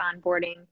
onboarding